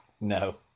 No